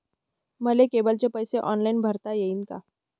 मले केबलचे पैसे ऑनलाईन भरता येईन का?